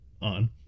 on